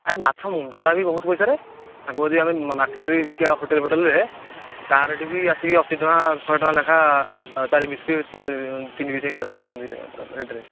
ଆରେ ମାଛ ମୁଣ୍ଡଟା ବହୁତ୍ ପଇସାରେ ତାଙ୍କୁ ଯଦି ଆମେ ମାର୍କେଟ୍ରେ ବିକିବା ହୋଟେଲ୍ ଫୋଟେଲ୍ରେ ତା ରେଟ୍ ବି ଆସିକି ଅଶୀ ଟଙ୍କା ଶହେ ଟଙ୍କା ଲେଖା ଚାରି ପିସ୍ କି ପାଞ୍ଚ ତିନି ପିସ୍ ଏମିତିଆ ସବୁ ନେଉଛନ୍ତି ରେଟ୍ରେ